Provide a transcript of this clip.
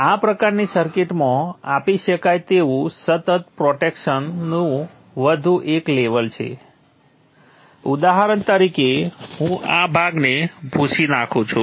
આ પ્રકારની સર્કિટમાં આપી શકાય તેવું સતત પ્રોટેક્શનનું વધુ એક લેવલ છે ઉદાહરણ તરીકે હું આ ભાગને ભૂંસી નાખું છું